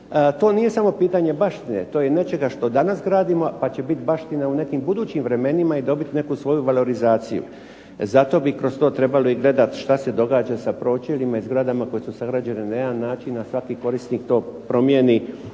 To nije samo pitanje baštine, to je nečega što danas gradimo pa će biti baština u nekim budućim vremenima i dobiti neku svoju valorizaciju. Zato bi kroz to trebali gledati šta se događa sa pročeljima i zgradama koje su sagrađene na jedan način, a svaki korisnik to promijeni